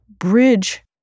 Bridge